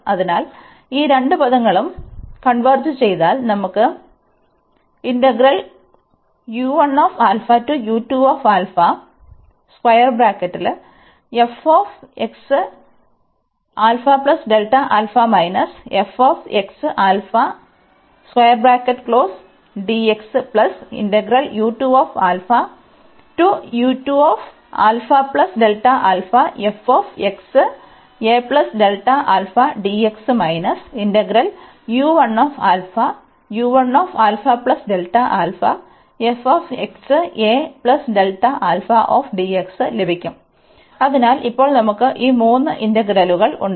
അതിനാൽ ഈ രണ്ട് പദങ്ങളും സംയോജിപ്പിച്ചാൽ നമുക്ക് ലഭിക്കും അതിനാൽ ഇപ്പോൾ നമുക്ക് ഈ മൂന്ന് ഇന്റഗ്രലുകൾ ഉണ്ട്